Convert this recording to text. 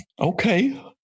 Okay